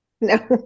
No